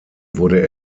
wurde